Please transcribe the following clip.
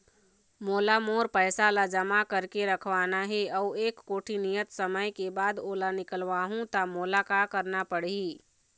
मोला मोर पैसा ला जमा करके रखवाना हे अऊ एक कोठी नियत समय के बाद ओला निकलवा हु ता मोला का करना पड़ही?